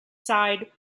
side